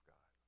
God